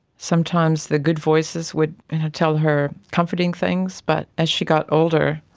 sometimes the good voices would tell her comforting things. but as she got older,